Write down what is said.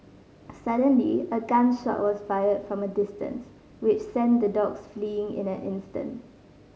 suddenly a gun shot was fired from a distance which sent the dogs fleeing in an instant